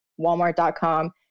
walmart.com